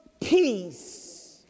Peace